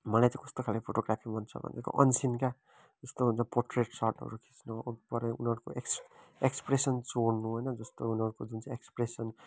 मलाई चाहिँ कस्तोखाले फोटोग्राफी मन छ भनेको अनसिन क्या जस्तो हुन्छ पोट्रेट सटहरू खिच्नु परे उनीहरूको एक्स एक्सप्रेसन चोर्नु होइन जस्तो उनीहरूको जस्तो एक्सप्रेसन